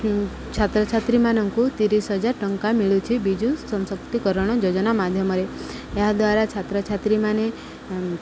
ଛାତ୍ରଛାତ୍ରୀମାନଙ୍କୁ ତିରିଶ ହଜାର ଟଙ୍କା ମିଳୁଛି ବିଜୁ ସଂଶକ୍ତିକରଣ ଯୋଜନା ମାଧ୍ୟମରେ ଏହାଦ୍ୱାରା ଛାତ୍ରଛାତ୍ରୀମାନେ